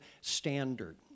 standard